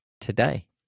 today